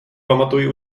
pamatuji